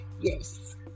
Yes